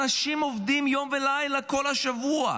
אנשים עובדים יום ולילה כל השבוע,